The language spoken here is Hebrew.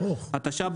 התשפ"ב,